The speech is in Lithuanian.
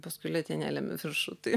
paskui letenėlėm į viršų tai